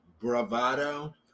bravado